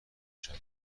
شود